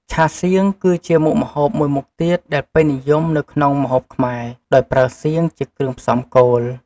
ឆាសៀង គឺជាមុខម្ហូបមួយមុខទៀតដែលពេញនិយមនៅក្នុងម្ហូបខ្មែរ ដោយប្រើសៀង ជាគ្រឿងផ្សំគោល។